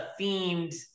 themed